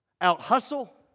out-hustle